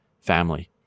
family